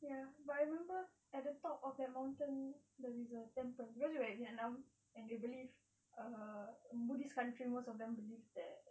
ya but I remember at the top of the mountain there's a temple cause we're at vietnam and they believe err buddhist country most of them believe that